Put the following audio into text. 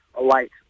alight